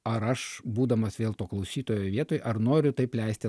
ar aš būdamas vėl to klausytojo vietoj ar noriu taip leisti